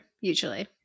usually